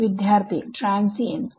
വിദ്യാർത്ഥി ട്രാൻസിഎന്റസ്